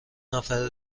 نفر